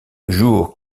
jour